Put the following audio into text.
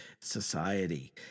society